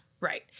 Right